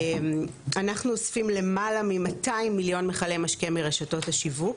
אנחנו אוספים למעלה מ-200 מיליון מכלי משקה מרשתות השיווק.